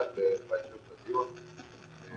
לא